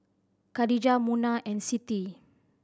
Khadija Munah and Siti